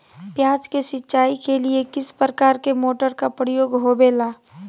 प्याज के सिंचाई के लिए किस प्रकार के मोटर का प्रयोग होवेला?